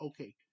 okay